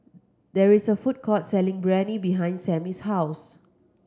there is a food court selling Biryani behind Sammy's house